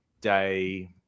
Day